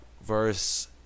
verse